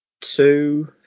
two